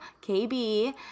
kb